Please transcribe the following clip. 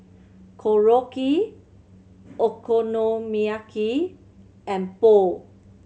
Korokke Okonomiyaki and Pho